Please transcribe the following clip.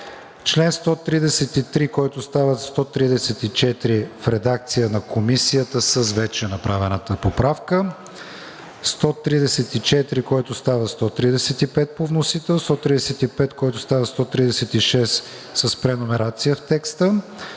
чл. 133, който става чл. 134, в редакция на Комисията с вече направената поправка; чл. 134, който става чл. 135 по вносител, чл. 135, който става чл. 136 с преномерация в текста;